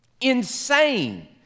insane